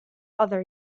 other